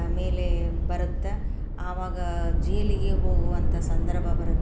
ಮೇಲೇ ಬರುತ್ತೆ ಆವಾಗ ಜೇಲಿಗೆ ಹೋಗುವಂಥ ಸಂದರ್ಭ ಬರುತ್ತೆ